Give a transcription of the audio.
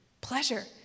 pleasure